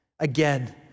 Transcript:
again